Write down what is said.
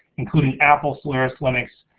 including apple, solaris, linux,